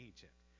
Egypt